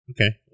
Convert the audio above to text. okay